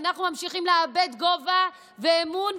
אנחנו ממשיכים לאבד גובה ואמון,